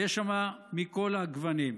ויש שם מכל הגוונים.